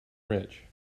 rich